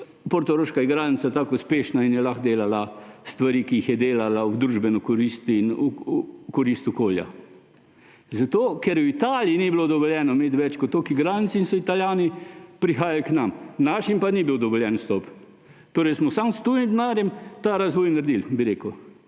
portoroška igralnica tako uspešna in je lahko delala stvari, ki jih je delala v družbeno korist in v korist okolja? Zato, ker v Italiji ni bilo dovoljeno imeti več kot toliko igralnic in so Italijani prihajali k nam. Našim pa ni bil dovoljen vstop. Torej smo samo s tujim denarjem ta razvoj naredili, bi rekel.